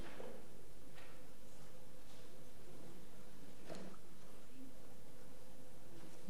אני מבקש,